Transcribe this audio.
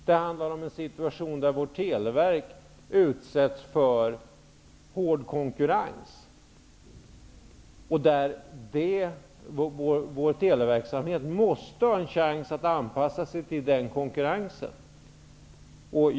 Det handlar om en situation där vårt televerk utsätts för hård konkurrens. Vår televerksamhet måste få en chans att anpassas till den konkurrensen.